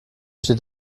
steht